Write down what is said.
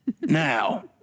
Now